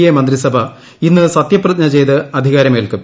A മന്ത്രിസഭ ഇന്ന് സത്യപ്രതിജ്ഞ ചെയ്ത് അധികാരമേൽക്കും